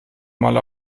mal